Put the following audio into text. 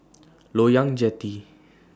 Loyang Jetty